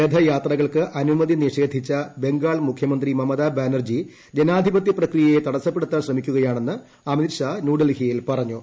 രഥയാത്രകൾക്ക് അനുമതി നിഷേധിച്ചു ബംഗാൾ മുഖ്യമന്ത്രി മമതാ ജനാധിപത്യ ബാനർജി പ്രക്രിയയെ തടസ്സപ്പെടുത്താൻ ശ്രമിക്കുകയാണെന്ന് അമിത്ഷാ ന്യൂഡൽഹിയിൽ പറഞ്ഞു